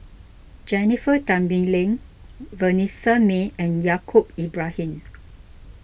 Jennifer Tan Bee Leng Vanessa Mae and Yaacob Ibrahim